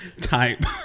type